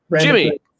Jimmy